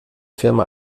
firma